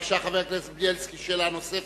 בבקשה, חבר הכנסת בילסקי, שאלה נוספת,